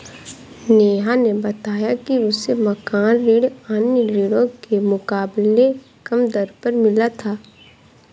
नेहा ने बताया कि उसे मकान ऋण अन्य ऋणों के मुकाबले कम दर पर मिला था